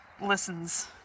listens